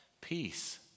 peace